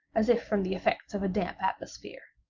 as if from the effects of a damp atmosphere.